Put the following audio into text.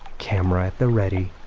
camera at the ready,